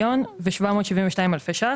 ש"ח.